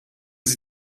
sie